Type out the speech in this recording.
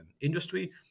industry